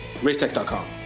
Racetech.com